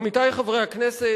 עמיתי חברי הכנסת,